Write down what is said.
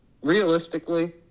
realistically